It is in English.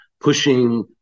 pushing